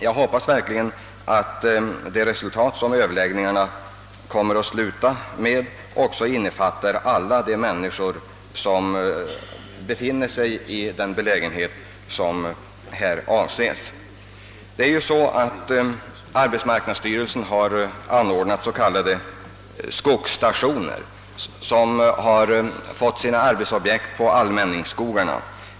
Jag hoppas verkligen att resultatet av överläggningarna mellan arbetsmarknadsstyrelsen och domänverket blir att arbete kan erbjudas alla de människor det härvidlag är fråga om, Arbetsmarknadsstyrelsen har ju upprättat s.k. skogsstationer, som fått sina arbetsobjekt på allmänningsskogarna.